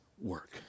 work